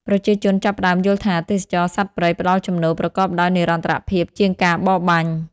ប្រជាជនចាប់ផ្តើមយល់ថា ទេសចរណ៍សត្វព្រៃផ្តល់ចំណូលប្រកបដោយនិរន្តរភាពជាងការបរបាញ់។